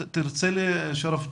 שרף,